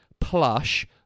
plush